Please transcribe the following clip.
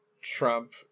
Trump